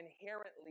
inherently